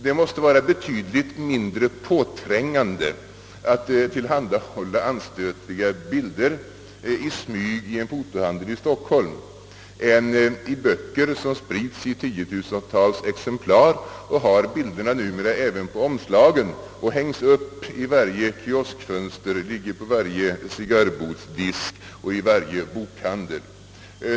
Det måste vara betydligt mindre påträngande att tillhandahålla anstötliga bilder i smyg i en fotohandel i Stockholm än i böcker som trycks i tiotusentals exemplar, som numera även har bilder på omslagen och som hängts upp i varje kioskfönster, ligger på varje cigarrbodsdisk och i varje bokhandel.